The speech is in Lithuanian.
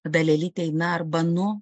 dalelytei na arba nu